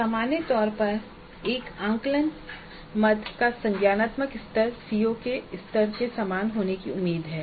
अब सामान्य तौर पर एक आकलन मद का संज्ञानात्मक स्तर सीओ के स्तर के समान होने की उम्मीद है